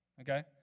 Okay